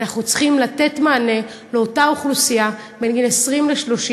אנחנו צריכים לתת מענה לאותה אוכלוסייה בין גיל 20 ל-30